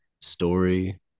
story